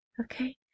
Okay